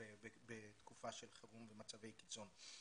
בתקופה של חירום ומצבי קיצון.